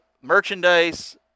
merchandise